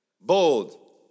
Bold